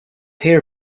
hair